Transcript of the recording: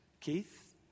keith